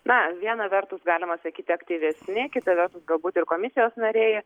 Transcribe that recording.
na viena vertus galima sakyti aktyvesni kita vertus galbūt ir komisijos nariai